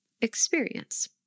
experience